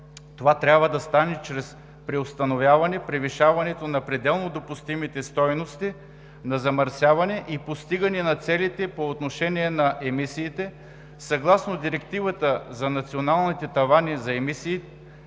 Това трябва да стане чрез преустановяване превишаването на пределно допустимите стойности на замърсяване и постигане на целите по отношение на емисиите съгласно Директивата за националните тавани за емисии